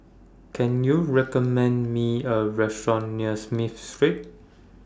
Can YOU recommend Me A Restaurant near Smith Street